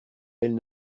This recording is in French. elles